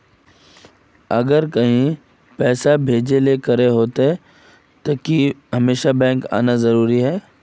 अगर कहीं पैसा भेजे करे के होते है तो हमेशा बैंक आबेले जरूरी है?